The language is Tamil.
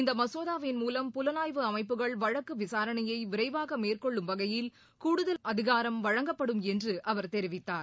இந்த மசோதாவின் மூலம் புலனாய்வு அமைப்புகள் வழக்கு விசாரணையை விரைவாக மேற்கொள்ளும் வகையில் கூடுதல் அதிகாரம் வழங்கப்படும் என்று அவர் தெரிவித்தார்